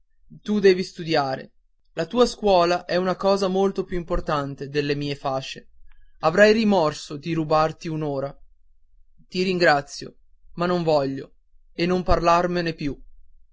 tu devi studiare la tua scuola è una cosa molto più importante delle mie fasce avrei rimorsi di rubarti un'ora ti ringrazio ma non voglio e non parlarmene più